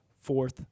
Fourth